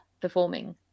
performing